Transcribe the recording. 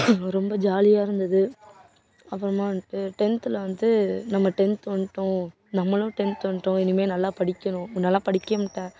ரொம்ப ஜாலியாக இருந்தது அப்புறமா வந்துட்டு டென்த்தில் வந்து நம்ம டென்த்து வந்துட்டோம் நம்மளும் டென்த்து வந்துட்டோம் இனிமேல் நல்லா படிக்கணும் முன்னேலாம் படிக்கவே மாட்டேன்